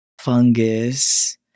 fungus